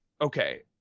Okay